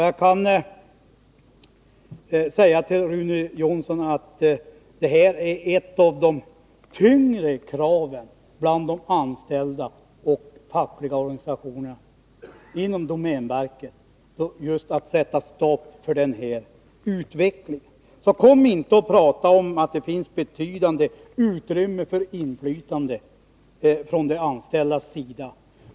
Jag kan säga till Rune Jonsson att ett av de tyngre kraven från de anställda och de fackliga organisationerna inom domänverket är just att det skall sättas stopp för denna utveckling. Kom då inte och prata om att det finns betydande utrymme för inflytande från de anställdas sida!